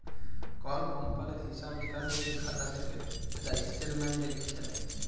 call কমপালির হিঁসাব লিকাসের যে খাতা থ্যাকে সেটা ইস্ট্যাটমেল্টে লিখ্যে দেয়